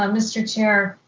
um mr. chair,